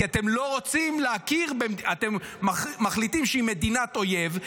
כי אתם מחליטים שהיא מדינת אויב,